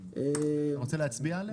רוצה להצביע עליה?